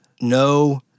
no